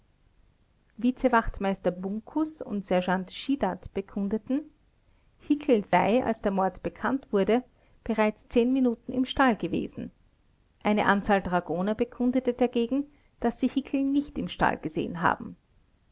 vizewachtmeister bunkus und sergeant schiedat bekundeten hickel sei als der mord bekannt wurde bereits zehn minuten im stall gewesen eine anzahl dragoner bekundete dagegen daß sie hickel nicht im stall gesehen haben